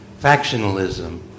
factionalism